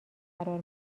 قرار